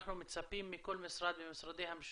אנחנו מצפים מכל משרד ממשרדי הממשלה,